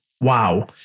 wow